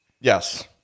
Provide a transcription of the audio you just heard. Yes